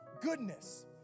Goodness